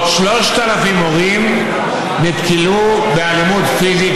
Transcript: שלי דמעו והלב בכה יחד איתן.